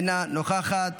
אינה נוכחת,